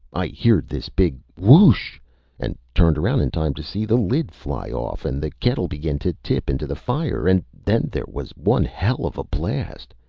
i heered this big whoosh and turned around in time to see the lid fly off and the kettle begin to tip into the fire and then there was one helluva blast.